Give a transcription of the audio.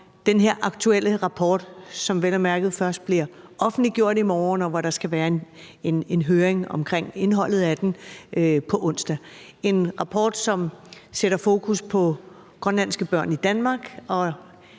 her aktuelle rapport, som vel at mærke først bliver offentliggjort i morgen, og hvor der skal være en høring om indholdet af den på onsdag. Det er en rapport, som sætter fokus på grønlandske børn i Danmark